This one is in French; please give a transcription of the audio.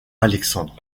alexandre